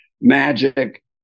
Magic